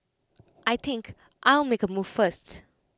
I think I'll make move first